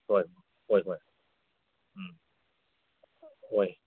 ꯍꯣꯏ ꯍꯣꯏ ꯍꯣꯏ ꯎꯝ ꯍꯣꯏ